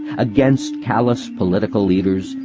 against callous political leaders,